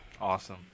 awesome